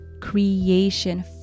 creation